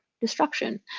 destruction